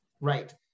Right